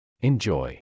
Enjoy